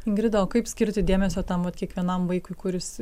ingrida o kaip skirti dėmesio tam vat kiekvienam vaikui kuris